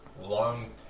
long